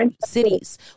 cities